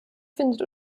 findet